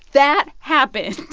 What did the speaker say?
that happened